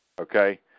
Okay